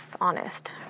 honest